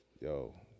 Yo